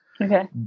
Okay